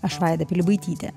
aš vaida pilibaitytė